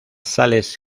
sales